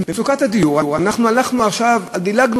במצוקת הדיור אנחנו הלכנו עכשיו ודילגנו